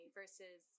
versus